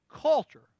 culture